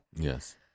Yes